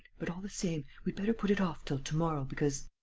but, all the same, we'd better put it off till to-morrow, because.